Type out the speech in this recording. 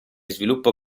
sviluppo